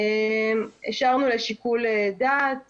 השארנו לשיקול דעת